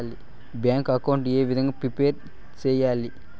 Bank account ఏ విధంగా prepare సెయ్యాలి?